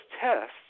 tests